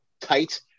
tight